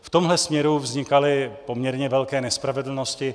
V tomhle směru vznikaly poměrně velké nespravedlnosti.